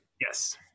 Yes